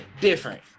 different